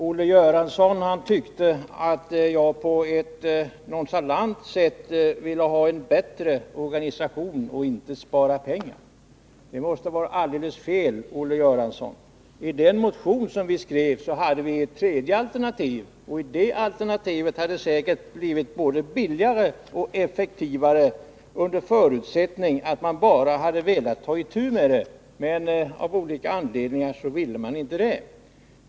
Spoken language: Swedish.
Herr talman! Olle Göransson tyckte att jag på ett nonchalant sätt ville ha en bättre organisation och inte spara pengar. Detta måste vara alldeles fel, Olle Göransson! I den motion som vi skrev hade vi också ett tredje alternativ, och det alternativet hade säkert blivit både billigare och effektivare, under förutsättning att man bara hade velat ta itu med det, men av olika anledningar ville man inte göra det.